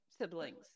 siblings